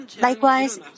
Likewise